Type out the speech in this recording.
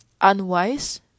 unwise